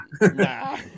nah